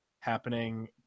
happening